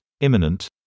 imminent